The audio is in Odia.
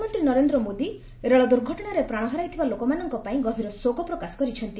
ପ୍ରଧାନମନ୍ତ୍ରୀ ନରେନ୍ଦ୍ର ମୋଦି ରେଳ ଦୁର୍ଘଟଣାରେ ପ୍ରାଣ ହରାଇଥିବା ଲୋକମାନଙ୍କ ପାଇଁ ଗଭୀର ଶୋକ ପ୍ରକାଶ କରିଛନ୍ତି